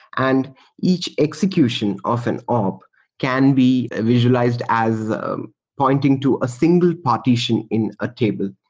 and each execution of an op can be ah visualized as pointing to a single partition in a table.